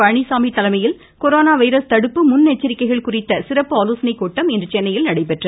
பழனிச்சாமி தலைமையில் corona virus தடுப்பு முன் எச்சரிக்கைகள் குறித்த சிறப்பு ஆலோசனைக் கூட்டம் இன்று சென்னையில் நடைபெற்றது